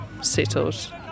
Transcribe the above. settled